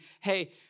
hey